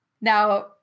Now